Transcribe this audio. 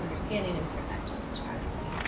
understanding and prevention strategy.